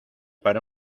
para